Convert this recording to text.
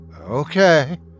Okay